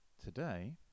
Today